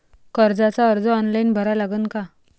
कर्जाचा अर्ज ऑनलाईन भरा लागन का?